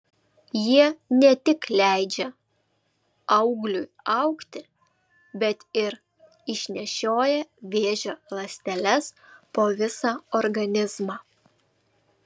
jie ne tik leidžia augliui augti bet ir išnešioja vėžio ląsteles po visą organizmą